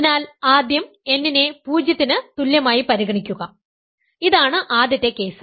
അതിനാൽ ആദ്യം n നെ 0 ന് തുല്യമായി പരിഗണിക്കുക ഇതാണ് ആദ്യത്തെ കേസ്